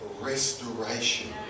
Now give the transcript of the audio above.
restoration